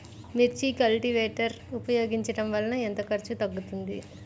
మిర్చి కల్టీవేటర్ ఉపయోగించటం వలన ఎంత ఖర్చు తగ్గుతుంది?